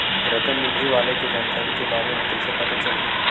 रकम मिलही वाले के जानकारी के बारे मा कइसे पता चलही?